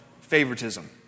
favoritism